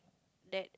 that